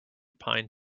pine